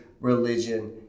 religion